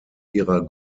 ihrer